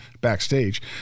backstage